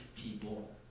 people